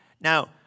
Now